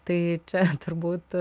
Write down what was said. tai čia turbūt